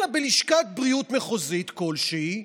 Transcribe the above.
אלא בלשכת בריאות מחוזית כלשהי,